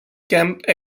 camp